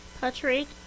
Patrick